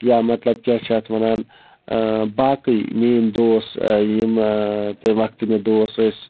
یا مطلب کیٛاہ چھِ اَتھ وَنان باقٕے میٛٲنۍ دوس یِم تمہِ وقتہٕ تہِ مےٚ دوس ٲسۍ